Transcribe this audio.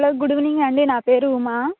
hello good evening అండి నా పేరు ఉమా